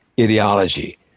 ideology